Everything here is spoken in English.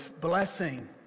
blessing